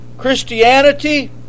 Christianity